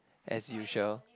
as usual